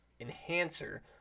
enhancer